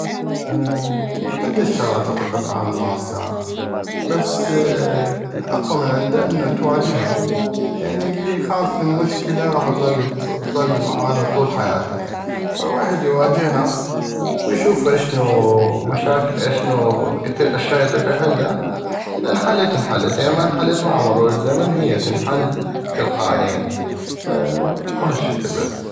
عدت شغلات اطيق اتعامل معاها بس الاقوى من عدها تواجها لان الي يخاف من مشكلة غاح تظل معانو طول حياتو فويحد يواجها واشوف اشنو مشاكل اشون اطيق احلها اذا انحلت انحلت. اذا ما انحلت مع مرور الزمن هيا تنحل تلقائياً وهشكل بس.